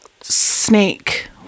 snake